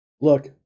Look